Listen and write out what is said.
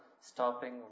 stopping